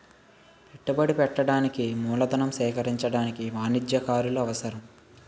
పెట్టుబడి పెట్టడానికి మూలధనం సేకరించడానికి వాణిజ్యకారులు అవసరం